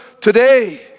today